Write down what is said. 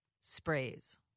sprays